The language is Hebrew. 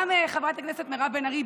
גם חברת הכנסת מירב בן ארי,